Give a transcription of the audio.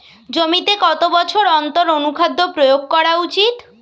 জমিতে কত বছর অন্তর অনুখাদ্য প্রয়োগ করা উচিৎ?